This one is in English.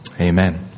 amen